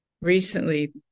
recently